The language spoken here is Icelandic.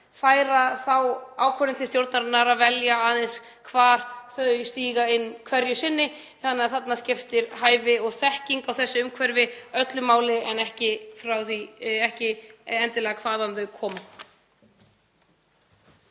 færa þá ákvörðun til stjórnarinnar að velja aðeins hvar hún stígur inn hverju sinni. Þannig að þarna skiptir hæfi og þekking á þessu umhverfi öllu máli en ekki endilega hvaðan þau koma.